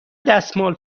دستمال